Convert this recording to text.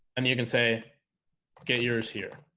and you can say get yours here